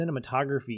cinematography